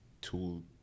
tool